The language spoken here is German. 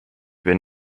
wenn